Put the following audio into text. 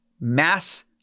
mass